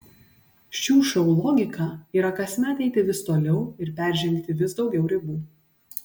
šių šou logika yra kasmet eiti vis toliau ir peržengti vis daugiau ribų